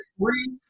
three